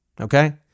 okay